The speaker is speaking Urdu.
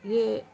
یہ